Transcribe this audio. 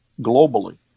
globally